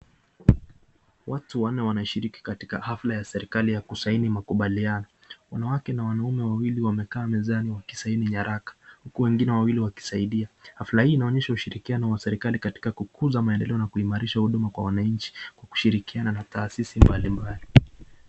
Watu wanne wanashiriki katika hafla ya serikali ya kusaini makubaliano, wanawake na wanaume wawili wamekaa mezani wakisaini haraka huku wengine wawili wakisaidia, hafla hii inaonyesha ushirikiano ya serikali katika kukuza maendeleoa na kuimarisha huduma kwa wananchi kushirikiana na taasisi mbali mbali.